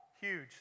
huge